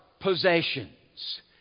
possessions